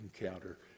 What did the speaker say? encounter